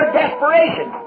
desperation